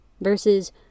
versus